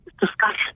discussion